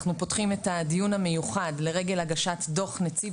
אנחנו פותחים את הדיון המיוחד לרגל הגשת דו"ח נציב